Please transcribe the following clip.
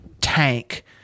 tank